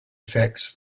effects